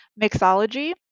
Mixology